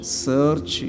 search